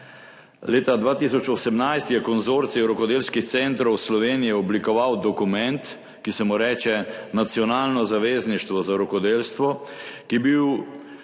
Leta 2018 je Konzorcij rokodelskih centrov Slovenije oblikoval dokument, ki se mu reče Nacionalno zavezništvo za rokodelstvo, ki je bil